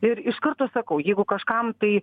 ir iš karto sakau jeigu kažkam tai